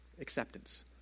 acceptance